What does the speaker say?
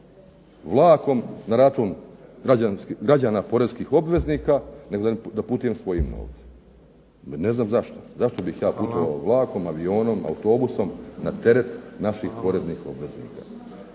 vlakom na račun građana, poreskih obveznika, nego da putujem svojim novcem. Ne znam zašto, zašto bih ja putovao vlakom, avionom, autobusom na teret naših poreznih obveznika.